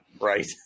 Right